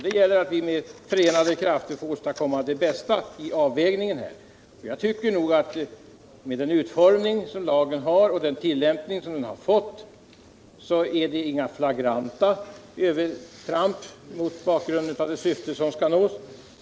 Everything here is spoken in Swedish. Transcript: Det gäller då att vi försöker åstadkomma det bästa vid avvägningen här. Med den utformning som lagen har och den tillämpning som den har fått tycker jag inte att det här är fråga om några flagranta övertramp mot bakgrund av det syfte som skall nås.